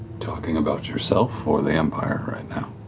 talking about yourself or the empire right now?